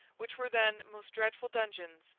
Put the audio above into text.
which were then most dreadful dungeons,